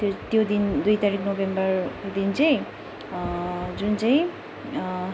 त्यो त्यो दिन दुई तारिक नोभेम्बरको दिन चाहिँ जुन चाहिँ